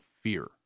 fear